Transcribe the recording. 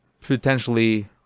potentially